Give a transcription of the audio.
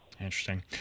Interesting